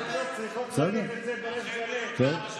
צריכות להגיד את זה בריש גלי, מתקשים להגיד את זה.